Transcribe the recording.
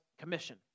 commission